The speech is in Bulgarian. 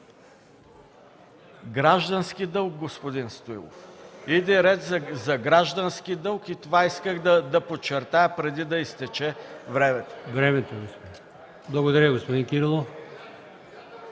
Граждански дълг, господин Стоилов. Иде реч за граждански дълг и това исках да подчертая преди да изтече времето. ПРЕДСЕДАТЕЛ АЛИОСМАН ИМАМОВ: Благодаря, господин Кирилов.